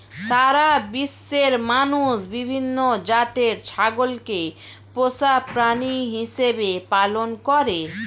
সারা বিশ্বের মানুষ বিভিন্ন জাতের ছাগলকে পোষা প্রাণী হিসেবে পালন করে